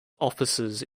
offices